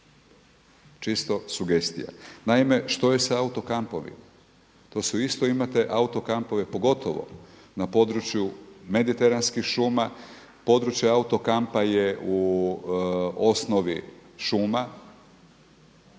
Čisto sugestija. Naime, što je sa auto kampovima, to su isto imate auto kampove pogotovo na području mediteranskih šuma, područje auto kampa je u osnovi šuma,